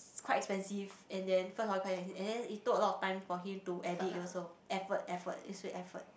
quite expensive and then and then it took a lot of time for him to edit also effort effort is really effort